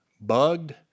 bugged